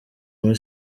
muri